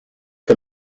que